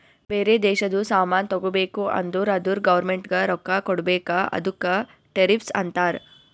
ಬೇರೆ ದೇಶದು ಸಾಮಾನ್ ತಗೋಬೇಕು ಅಂದುರ್ ಅದುರ್ ಗೌರ್ಮೆಂಟ್ಗ ರೊಕ್ಕಾ ಕೊಡ್ಬೇಕ ಅದುಕ್ಕ ಟೆರಿಫ್ಸ್ ಅಂತಾರ